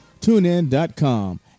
TuneIn.com